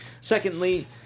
Secondly